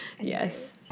Yes